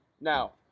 Now